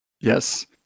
Yes